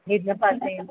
हिन दफ़ा